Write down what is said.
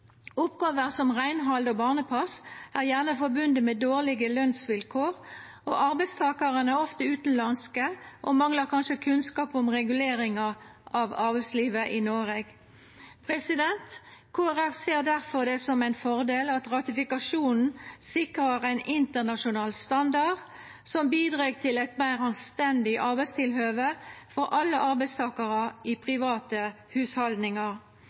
Oppgåver som reinhald og barnepass er gjerne forbundne med dårlege lønsvilkår, og arbeidstakarane er ofte utanlandske og manglar kanskje kunnskap om regulering av arbeidslivet i Noreg. Kristeleg Folkeparti ser det difor som ein fordel at ratifikasjonen sikrar ein internasjonal standard, som bidreg til eit meir anstendig arbeidstilhøve for alle arbeidstakarar i private